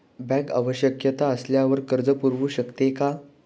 Bank आवश्यकता असल्यावर कर्ज पुरवू शकते का?